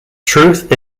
truth